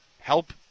help